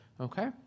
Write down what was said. okay